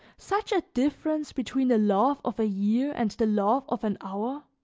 such a difference between the love of a year and the love of an hour?